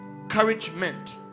Encouragement